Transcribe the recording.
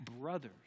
brothers